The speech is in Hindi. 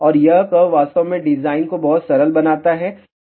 और यह कर्व वास्तव में डिजाइन को बहुत सरल बनाता है